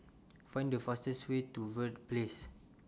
Find The fastest Way to Verde Place